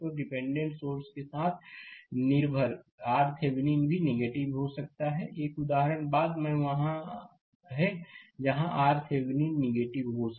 तो dependent source के साथ निर्भरRThevenin भी नेगेटिव हो सकता है एक उदाहरण बाद में वहां है जहां RThevenin नेगेटिव हो सकता है